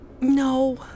No